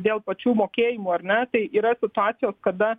dėl pačių mokėjimų ar ne tai yra situacijos kada